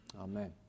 Amen